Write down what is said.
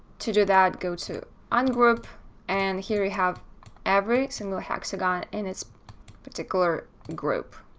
to do that, go to ungroup and here we have every single hexagon in its particular group.